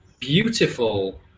beautiful